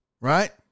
Right